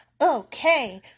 Okay